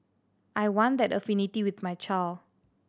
I want that affinity with my child